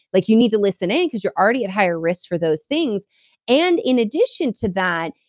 like you need to listen in because you're already at higher risk for those things and in addition to that,